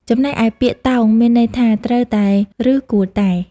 ចំណែកឯ ពាក្យ "តោង" មានន័យថា ត្រូវតែ ឬគួរតែ។